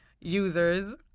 users